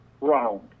round